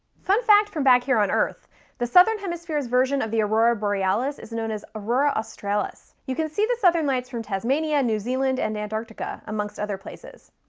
fun fact from back here on earth the southern hemisphere's version of the aurora borealis is known aurora australis. you can see the southern lights from tasmania, new zealand, and antarctica, amongst other places.